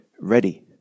ready